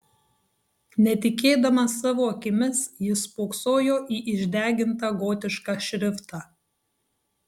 netikėdamas savo akimis jis spoksojo į išdegintą gotišką šriftą